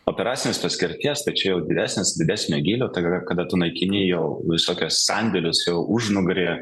operacinės paskirties tai čia jau didesnės didesnio gylio tai yra kada tu naikini jau visokias sandėlius jau užnugaryje